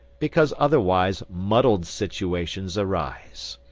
because otherwise muddled situations arise.